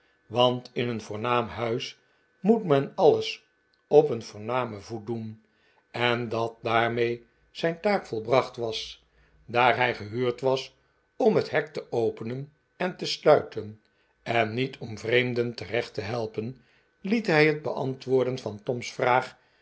want in een voornaam huis moet men alles op een voornamen voet doen en dat daarmee zijn taak volbracht was daar hij gehuurd was om het hek te openen en te sluiten en niet om vreemden te recht te helpen liet hij het beantwoorden van tom's vraag